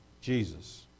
Jesus